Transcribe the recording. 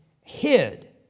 hid